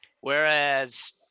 Whereas